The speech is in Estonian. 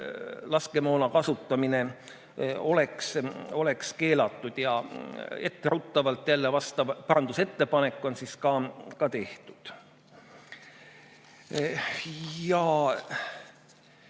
laskemoona kasutamine keelatud. Etteruttavalt jälle: vastav parandusettepanek on ka tehtud. Veel